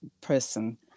person